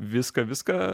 viską viską